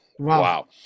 Wow